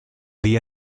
día